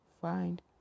find